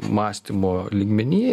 mąstymo lygmeny